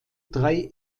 drei